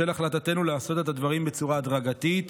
בשל החלטתנו לעשות את הדברים בצורה הדרגתית